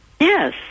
Yes